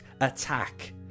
attack